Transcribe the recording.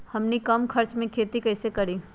हमनी कम खर्च मे खेती कई से करी?